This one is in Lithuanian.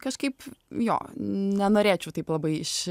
kažkaip jo nenorėčiau taip labai iš